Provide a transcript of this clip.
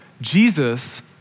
Jesus